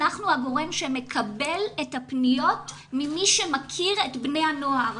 אנחנו הגורם שמקבל את הפניות ממי שמכיר את בני הנוער.